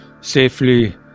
safely